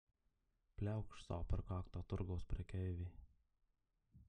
pliaukšt sau per kaktą turgaus prekeivė